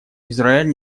израиль